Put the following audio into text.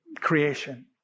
creation